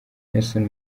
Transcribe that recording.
nelson